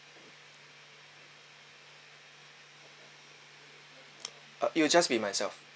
uh it will just be myself